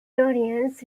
historians